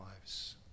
lives